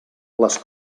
les